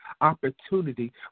opportunity